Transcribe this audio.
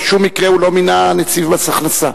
בשום מקרה הוא לא מינה נציב מס הכנסה.